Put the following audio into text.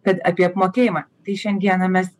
kad apie apmokėjimą tai šiandieną mes